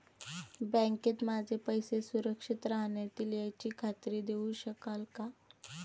बँकेत माझे पैसे सुरक्षित राहतील याची खात्री देऊ शकाल का?